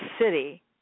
city